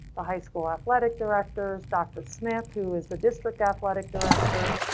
the high school athletic director's doctor smith, who is the district athletic director.